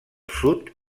sud